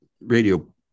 radio